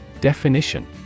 Definition